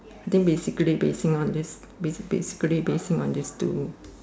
I think basically basing on this basically basing on this to